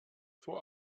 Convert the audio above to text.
vor